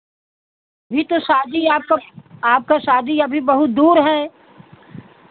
ई तो शादी आपको आपका शादी अभी बहुत दूर है